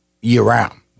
year-round